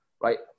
right